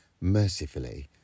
Mercifully